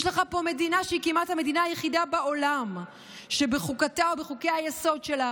יש לך פה מדינה שהיא כמעט המדינה היחידה בעולם שבחוקתה ובחוקי-היסוד שלה